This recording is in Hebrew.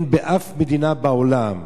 אין באף מדינה בעולם